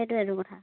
সেইটোৱেটো কথা